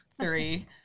Three